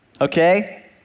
okay